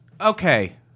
okay